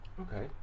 Okay